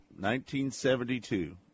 1972